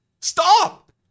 Stop